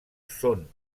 són